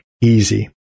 easy